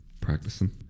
practicing